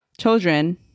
children